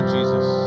Jesus